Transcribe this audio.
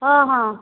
ହଁ ହଁ